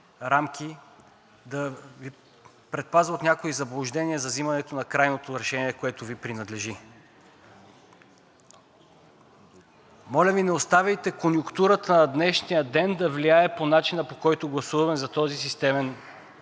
да Ви предпазя от някои заблуждения за взимането на крайното решение, което Ви принадлежи. Моля Ви не оставяйте конюнктурата на днешния ден да влияе по начина, по който гласуваме за този системен